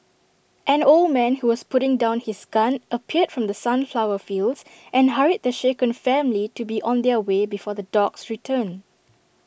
an old man who was putting down his gun appeared from the sunflower fields and hurried the shaken family to be on their way before the dogs return